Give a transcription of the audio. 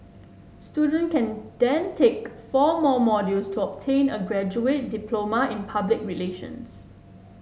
students can then take four more modules to obtain a graduate diploma in public relations